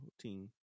team